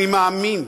אני מאמין,